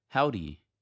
Howdy